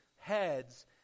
heads